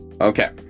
Okay